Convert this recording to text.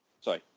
sorry